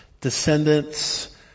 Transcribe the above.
descendants